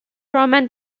roman